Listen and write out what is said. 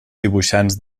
dibuixants